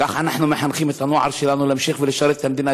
כך אנחנו מחנכים את הנוער שלנו להמשיך לשרת את המדינה,